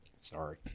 Sorry